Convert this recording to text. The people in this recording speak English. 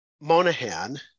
Monahan